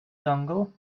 dongle